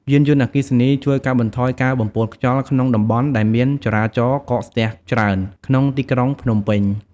យានយន្តអគ្គីសនីជួយកាត់បន្ថយការបំពុលខ្យល់ក្នុងតំបន់ដែលមានចរាចរណ៍កកស្ទះច្រើន ក្នុងទីក្រុងភ្នំពេញ។